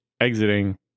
exiting